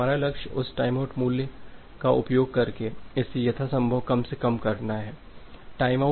लेकिन हमारा लक्ष्य उस टाइमआउट मूल्य का उपयोग करके इसे यथासंभव कम से कम करना है